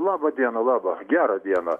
laba diena labai gera diena